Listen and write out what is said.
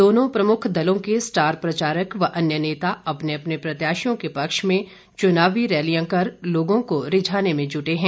दोनों प्रमुख दलों के स्टार प्रचारक व अन्य नेता अपने अपने प्रत्याशियों के पक्ष में चुनावी रैलियां कर लोगों को रिझाने में जुटे हैं